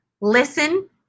listen